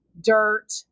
dirt